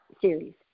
series